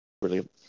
Brilliant